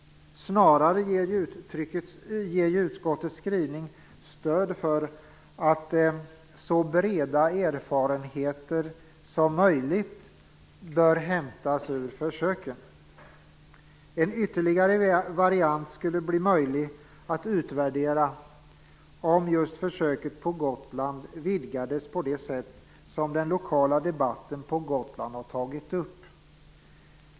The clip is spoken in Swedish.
Snarare ger utskottets skrivning stöd för att så breda erfarenheter som möjligt bör hämtas ur försöken. En ytterligare variant skulle bli möjlig att utvärdera om just försöket på Gotland vidgades på det sätt som den lokala debatten på Gotland har tagit upp.